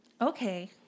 Okay